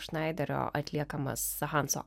šnaiderio atliekamas hanso